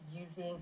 using